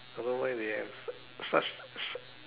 don't know why they have such sh~